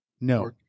No